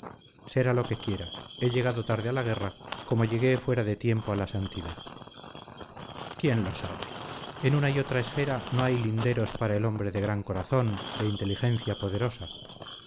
sea lo que quiera he llegado tarde a la guerra como llegué fuera de tiempo a la santidad quién lo sabe en una y otra esfera no hay linderos para el hombre de gran corazón de inteligencia poderosa